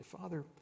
Father